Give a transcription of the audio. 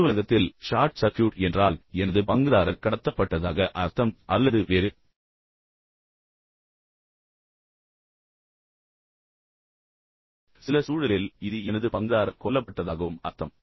அலுவலகத்தில் short circuit என்றால் எனது பங்குதாரர் கடத்தப்பட்டதாக அர்த்தம் அல்லது வேறு சில சூழலில் இது எனது பங்குதாரர் கொல்லப்பட்டதாகவும் அர்த்தம்